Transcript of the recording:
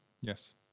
Yes